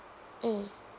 mm